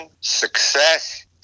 success